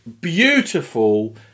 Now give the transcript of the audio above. beautiful